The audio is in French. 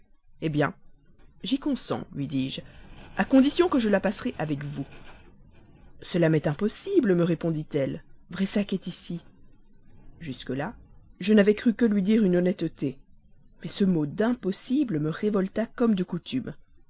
eh bien j'y consens lui dis-je à condition que je la passerai avec vous cela m'est impossible me répondit-elle pressac est ici jusques là je n'avais cru que lui dire une honnêteté mais ce mot d'impossible me révolta comme de coutume